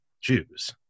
jews